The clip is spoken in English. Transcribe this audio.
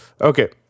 Okay